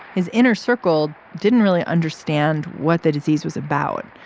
his inner circle didn't really understand what the disease was about.